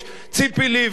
ציפי לבני,